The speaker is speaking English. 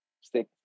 stick